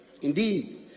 Indeed